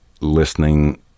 listening